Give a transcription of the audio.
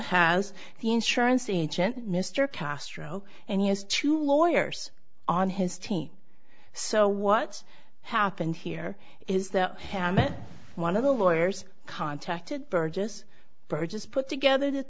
has the insurance agent mr castro and he has two lawyers on his team so what's happened here is that one of the lawyers contacted burgess burgess put together the